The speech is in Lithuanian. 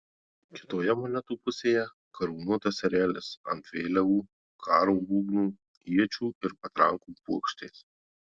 kitoje monetų pusėje karūnuotas erelis ant vėliavų karo būgnų iečių ir patrankų puokštės